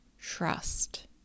trust